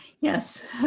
Yes